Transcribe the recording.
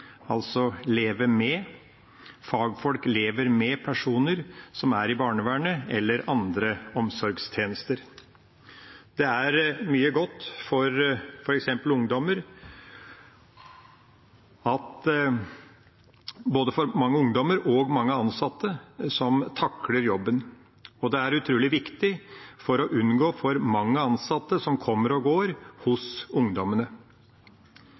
altså «leve med»: Fagfolk lever med personer som er under barnevernet eller andre omsorgstjenester. Det er mye godt for både mange ungdommer og mange ansatte, som takler jobben, og det er utrolig viktig for å unngå for mange ansatte som kommer og går hos ungdommene.